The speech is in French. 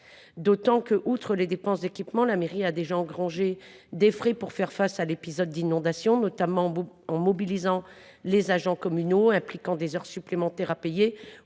d’autant que, outre les dépenses d’équipement, la mairie a déjà avancé des frais pour faire face à l’épisode d’inondation, notamment en mobilisant les agents communaux, ce qui implique des heures supplémentaires à payer,